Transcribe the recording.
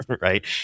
right